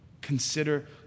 consider